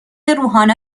روحانا